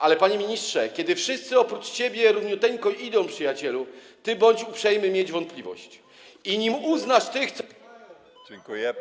Ale panie ministrze: kiedy wszyscy oprócz ciebie równiuteńko idą, przyjacielu, ty bądź uprzejmy mieć wątpliwość, i nim uznasz tych, co.